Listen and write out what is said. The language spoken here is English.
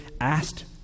asked